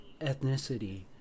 ethnicity